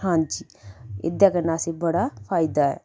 हां जी एह्दे कन्नै असेंई बड़ा फायदा ऐ